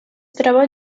troba